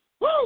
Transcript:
Woo